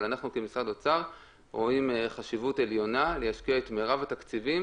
אבל אנחנו כמשרד אוצר רואים חשיבות עליונה להשקיע את מירב התקציבים